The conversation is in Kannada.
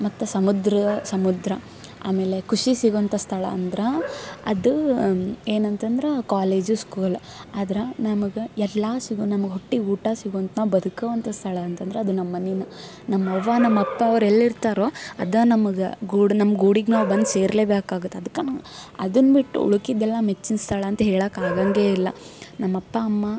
ಮತ್ತು ಸಮುದ್ರ ಸಮುದ್ರ ಆಮೇಲೆ ಖುಷಿ ಸಿಗುವಂಥ ಸ್ಥಳ ಅಂದ್ರೆ ಅದು ಏನಂತಂದ್ರೆ ಕಾಲೇಜ್ ಸ್ಕೂಲ್ ಆದ್ರೆ ನಮಗೆ ಎಲ್ಲ ಸಿಗೋ ನಮ್ಗೆ ಹೊಟ್ಟೆಗೆ ಊಟ ಸಿಗುವಂಥ ನಾವು ಬದುಕುವಂಥ ಸ್ಥಳ ಅಂತಂದ್ರೆ ಅದು ನಮ್ಮ ಮನೆನ ನಮ್ಮವ್ವ ನಮ್ಮಪ್ಪ ಅವ್ರು ಎಲ್ಲಿರ್ತಾರೋ ಅದು ನಮಗೆ ಗೂಡು ನಮ್ಮ ಗೂಡಿಗೆ ನಾವು ಬಂದು ಸೇರಲೇ ಬೇಕಾಗುತ್ತೆ ಅದ್ಕೆ ನಂಗೆ ಅದನ್ನ ಬಿಟ್ಟು ಉಳ್ಕೆದೆಲ್ಲ ಮೆಚ್ಚಿನ ಸ್ಥಳ ಅಂತ ಹೇಳೋಕೆ ಆಗೋಂಗೆ ಇಲ್ಲ ನಮ್ಮ ಅಪ್ಪ ಅಮ್ಮ